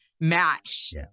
match